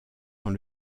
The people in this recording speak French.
dans